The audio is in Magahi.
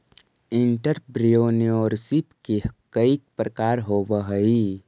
एंटरप्रेन्योरशिप के कई प्रकार होवऽ हई